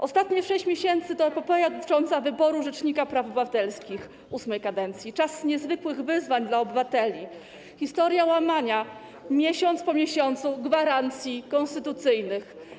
Ostatnie 6 miesięcy to epopeja dotycząca wyboru rzecznika praw obywatelskich VII kadencji, czas niezwykłych wyzwań dla obywateli, historia łamania miesiąc po miesiącu gwarancji konstytucyjnych.